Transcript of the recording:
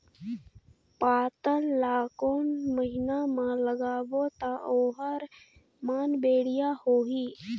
पातल ला कोन महीना मा लगाबो ता ओहार मान बेडिया होही?